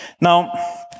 Now